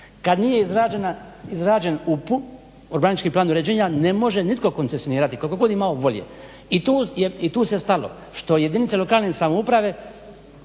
Kad nije izrađen UPU-u urbanistički plan uređenja ne može nitko koncesionirati koliko god imao volje. I tu se stalo, što jedinice lokalne samouprave